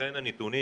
לכן הנתונים,